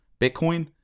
bitcoin